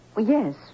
yes